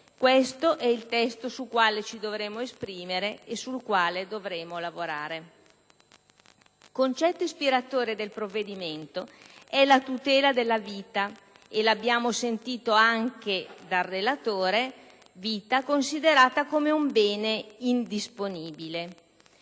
questo è il testo sul quale ci dovremo esprimere e sul quale dovremo lavorare. Concetto ispiratore del provvedimento è la tutela della vita, considerata - l'abbiamo sentito anche dal relatore - come un bene indisponibile.